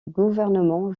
gouvernement